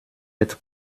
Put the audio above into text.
être